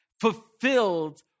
fulfilled